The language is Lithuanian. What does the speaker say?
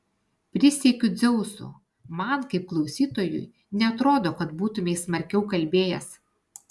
prisiekiu dzeusu man kaip klausytojui neatrodo kad būtumei smarkiau kalbėjęs